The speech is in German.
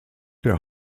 der